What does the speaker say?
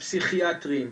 פסיכיאטרים,